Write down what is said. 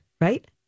Right